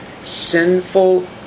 sinful